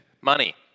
money